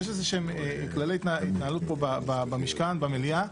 יש כללי התנהלות פה במשכן, במליאה.